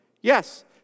Yes